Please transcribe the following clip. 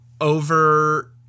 over